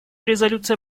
резолюция